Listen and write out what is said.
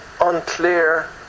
unclear